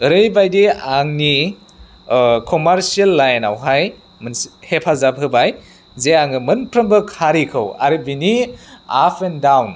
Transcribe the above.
ओरैबायदि आंनि कमार्सियेल लाइनआवहाय हेफाजाब होबाय जे आङो मोनफ्रोमबो खारिखौ आरो बिनि आप एन्ड डाउन